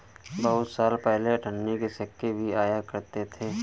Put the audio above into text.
बहुत साल पहले अठन्नी के सिक्के भी आया करते थे